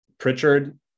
Pritchard